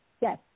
Yes